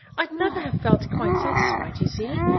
i'd never have felt quite satisfied, you see.